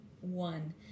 one